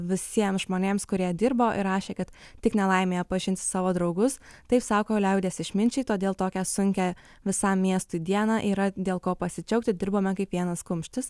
visiems žmonėms kurie dirbo ir rašė kad tik nelaimėje pažinsi savo draugus taip sako liaudies išminčiai todėl tokią sunkią visam miestui dieną yra dėl ko pasidžiaugti dirbome kaip vienas kumštis